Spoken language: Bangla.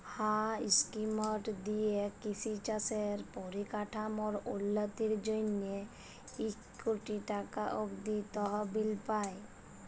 হাঁ ইস্কিমট দিঁয়ে কিষি কাজের পরিকাঠামোর উল্ল্যতির জ্যনহে ইক কটি টাকা অব্দি তহবিল পায়